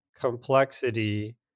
complexity